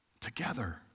together